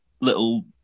little